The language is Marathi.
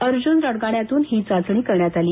अर्जुन रणगाड्यातून ही चाचणी करण्यात आली